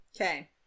Okay